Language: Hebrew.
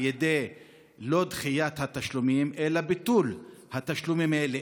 לא על ידי דחיית התשלומים אלא על ידי ביטול התשלומים האלה.